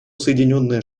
соединенные